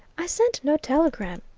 i sent no telegram.